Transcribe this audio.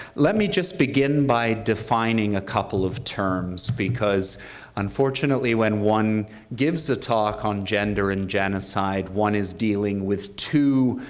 let me just begin by defining a couple of terms, because unfortunately when one gives a talk on gender and genocide, one is dealing with two,